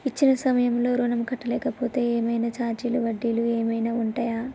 ఇచ్చిన సమయంలో ఋణం కట్టలేకపోతే ఏమైనా ఛార్జీలు వడ్డీలు ఏమైనా ఉంటయా?